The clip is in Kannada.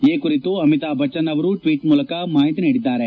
ಈ ಕುರಿತು ಅಮಿತಾಬಚ್ಚನ್ ಅವರು ಟ್ವೀಟ್ ಮೂಲಕ ಮಾಹಿತಿ ನೀಡಿದ್ದಾರೆ